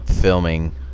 filming